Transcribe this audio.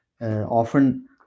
often